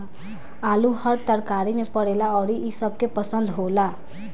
आलू हर तरकारी में पड़ेला अउरी इ सबके पसंद होला